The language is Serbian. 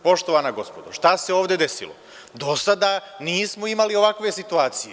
Poštovana gospodo, šta se ovde desilo, do sada nismo imali ovakve situacije.